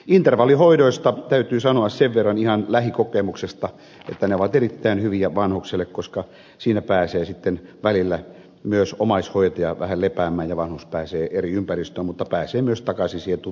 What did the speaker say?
intervallihoidoista täytyy sanoa sen verran ihan lähikokemuksesta että ne ovat erittäin hyviä vanhuksille koska siinä pääsee sitten välillä myös omaishoitaja vähän lepäämään ja vanhus pääsee eri ympäristöön mutta pääsee myös takaisin siihen tuttuun kotiinsa